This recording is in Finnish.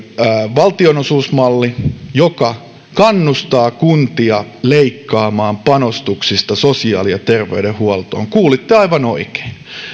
valtionosuusmalli joka kannustaa kuntia leikkaamaan panostuksista sosiaali ja terveydenhuoltoon kuulitte aivan oikein